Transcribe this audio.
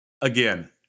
again